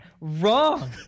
wrong